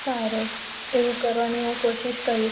સારું એવું કરવાની હું કોશિશ કરીશ